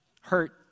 hurt